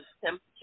temperature